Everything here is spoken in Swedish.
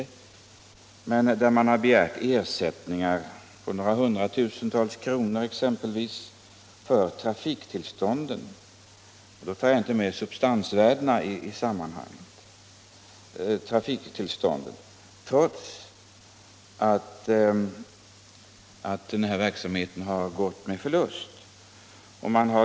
SJ har emellertid vid dessa förhandlingar begärt ersättning för trafiktillstånden med exempelvis några hundratusen kronor — jag tar då inte med substansvärdena — trots att verksamheten har gått med förlust.